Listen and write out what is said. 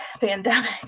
pandemic